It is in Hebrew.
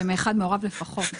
זה מאחד מהוריו לפחות.